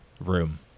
room